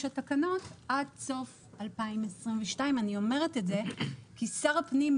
התקנות עד סוף 2022. אני אומרת את זה כי שר הפנים,